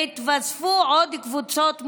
התווספו עוד קבוצות מוחלשות,